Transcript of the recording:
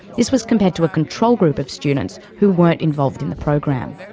this was compared to a control group of students who weren't involved in the program.